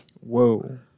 whoa